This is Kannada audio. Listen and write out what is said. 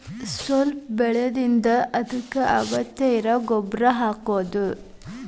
ಸ್ವಲ್ಪ ಬೆಳದಿಂದ ಅದಕ್ಕ ಅಗತ್ಯ ಇರು ಗೊಬ್ಬರಾ ಹಾಕುದು